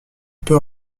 peu